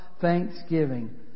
Thanksgiving